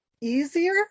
easier